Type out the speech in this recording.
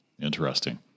Interesting